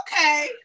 okay